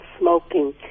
smoking